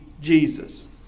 Jesus